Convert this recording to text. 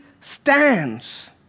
stands